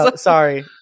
sorry